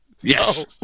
Yes